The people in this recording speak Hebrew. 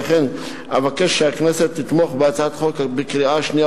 ולכן אבקש כי הכנסת תתמוך בה בקריאה השנייה